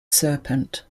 serpent